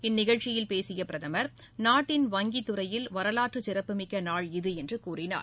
இந்நிகழ்ச்சியில் பேசிய பிரதமர் நாட்டின் வங்கி துறையில் வரலாற்று சிறப்புமிக்க நாள் இது என்று கூறினார்